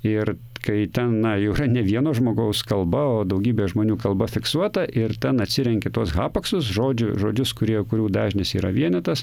ir kai ten na jau yra ne vieno žmogaus kalba o daugybės žmonių kalba fiksuota ir ten atsirenki tuos hapaksus žodžių žodžius kurie kurių dažnis yra vienetas